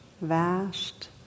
vast